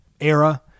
era